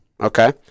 Okay